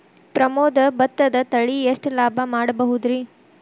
ಪ್ರಮೋದ ಭತ್ತದ ತಳಿ ಎಷ್ಟ ಲಾಭಾ ಮಾಡಬಹುದ್ರಿ?